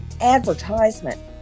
advertisement